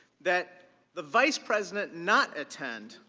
that the vice president not attend,